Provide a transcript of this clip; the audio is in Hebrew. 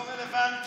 זה לא רלוונטי.